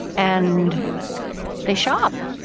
and they shop.